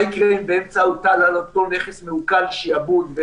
מה יקרה אם באמצע הוטל על אותו נכס מעוקל שעבוד?